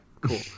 cool